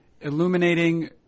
illuminating